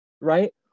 right